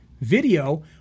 video